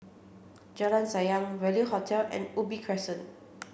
Jalan Sayang Value Hotel and Ubi Crescent